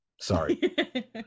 sorry